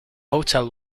hotel